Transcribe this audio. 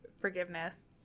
forgiveness